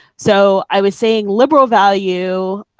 so i was saying liberal value,